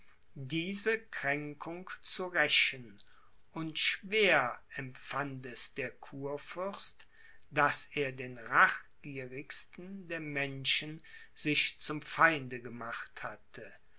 diese kränkung zu rächen und schwer empfand es der kurfürst daß er den rachgierigsten der menschen sich zum feinde gemacht hatte